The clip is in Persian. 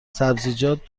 سبزیجات